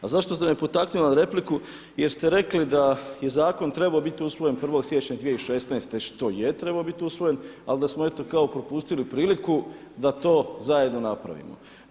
A zašto ste me potaknuli na repliku jer ste rekli da je zakon trebao biti usvojen 1. siječnja 2016. što je trebao biti usvojen ali da smo eto kao propustili priliku da to zajedno napravimo.